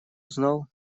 узнал